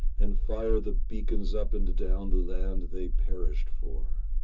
and fire the beacons up and down the land they perished for.